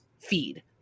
feed